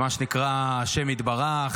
ומה שנקרא השם יתברך,